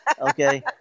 Okay